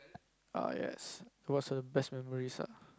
err yes it was a best memories ah